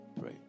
Pray